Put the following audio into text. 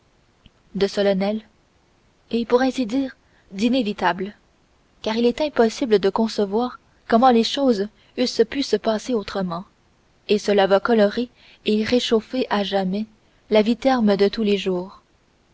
de solennel et pour ainsi dire d'inévitable car il est impossible de concevoir comment les choses eussent pu se passer autrement et cela va colorer et réchauffer à jamais la vie terne de tous les jours